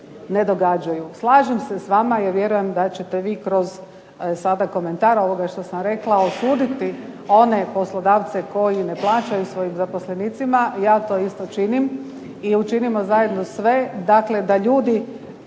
ne događaju. Slažem se s vama i vjerujem da ćete vi kroz sada komentar ovoga što sam rekla osuditi one poslodavce koji ne plaćaju svojim zaposlenicima, ja to isto činim i učinimo zajedno sve dakle da ljudi